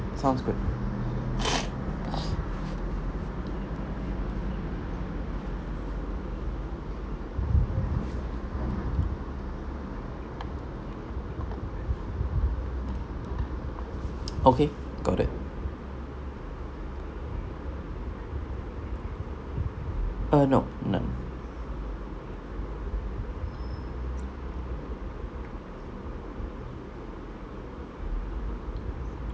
sounds great okay got it uh no no